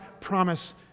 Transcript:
promise